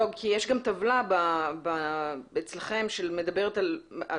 לא כי יש גם טבלה אצלכם שמדברת על ממש